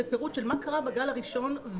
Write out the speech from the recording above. לפירוט של מה קרה בגל הראשון.